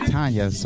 Tanya